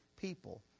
people